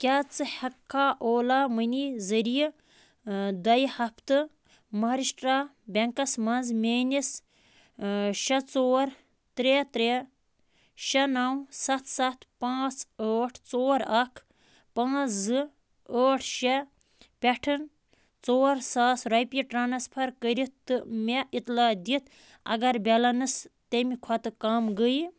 کیٛاہ ژٕ ہٮ۪ککھا اولا مٔنی ذریعہ دۄیہِ ہَفتہٕ ماہرِشٹرٛا بٮ۪نٛکَس منٛز میٛٲنِس شےٚ ژور ترٛےٚ ترٛےٚ شےٚ نَو سَتھ سَتھ پانٛژھ ٲٹھ ژور اَکھ پانٛژھ زٕ ٲٹھ شےٚ پٮ۪ٹھٕ ژور ساس رۄپیہِ ٹرٛانَسفَر کٔرِتھ تہٕ مےٚ اِطلاع دِتھ اَگر بٮ۪لَنٕس تَمہِ کھۄتہٕ کَم گٔیہِ